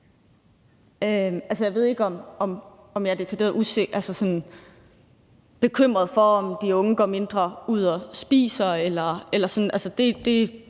jeg ved ikke, om jeg er decideret bekymret for, om de unge går mindre ud at spise.